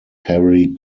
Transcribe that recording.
harry